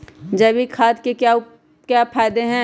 जैविक खाद के क्या क्या फायदे हैं?